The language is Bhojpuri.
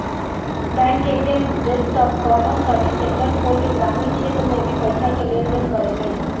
बैंक के एजेंट सब कॉमन सर्विस सेंटर खोल के ग्रामीण क्षेत्र में भी पईसा के लेन देन करेले